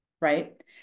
right